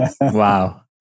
Wow